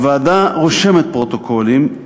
4. הוועדה רושמת פרוטוקולים,